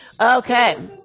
Okay